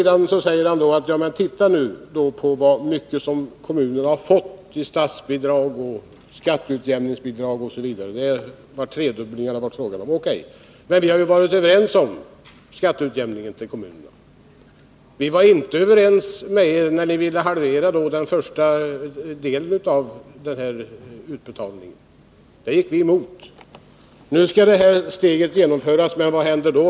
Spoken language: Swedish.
Då säger Rolf Rämgård: Titta nu på hur mycket kommunerna har fått i statsbidrag, skatteutjämningsbidrag osv.! Det är fråga om en tredubbling, menar han. O. K., men vi har varit överens om skatteutjämningen till kommunerna. Däremot var vi inte överens med er när ni ville halvera den första delen av utbetalningen. Det gick vi emot. Nu skall det här steget genomföras, men vad händer då?